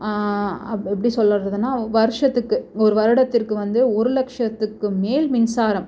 அப் எப்படி சொல்கிறதுன்னா வருஷத்துக்கு ஒரு வருடத்திற்கு வந்து ஒரு லட்சத்துக்கு மேல் மின்சாரம்